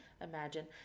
imagine